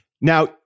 Now